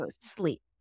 sleep